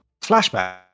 flashback